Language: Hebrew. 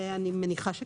אני מניחה שכן.